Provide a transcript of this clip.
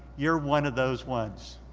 you're one of those ones.